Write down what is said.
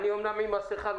אני אומנם עם מסיכה,